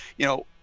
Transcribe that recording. you know,